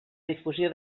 difusió